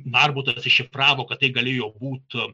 narbutas iššifravo kad tai galėjo būt